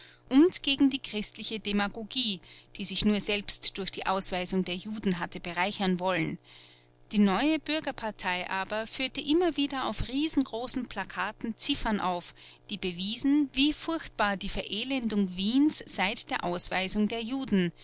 und gegen die christliche demagogie die sich nur selbst durch die ausweisung der juden hatte bereichern wollen die neue bürgerpartei aber führte immer wieder auf riesengroßen plakaten ziffern auf die bewiesen wie furchtbar die verelendung wiens seit der ausweisung der juden